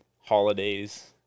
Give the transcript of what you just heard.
holidays